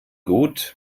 gut